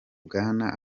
bwana